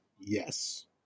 Yes